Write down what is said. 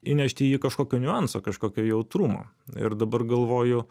įnešti į jį kažkokio niuanso kažkokio jautrumo ir dabar galvoju